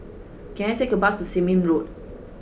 can I take a bus to Seah Im Road